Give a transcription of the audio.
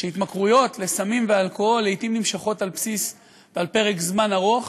התמכרויות לסמים ואלכוהול לעתים נמשכות פרק זמן ארוך,